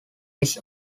his